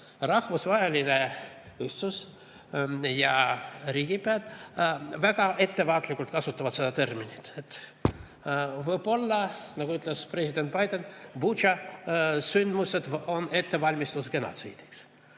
Rahvusvaheline ühtsus ja riigipead väga ettevaatlikult kasutavad seda terminit. Võib-olla, nagu ütles president Biden, Butša sündmused on ettevalmistus genotsiidiks.